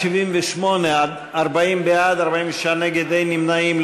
46 נגד, אין נמנעים.